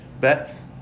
bets